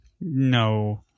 No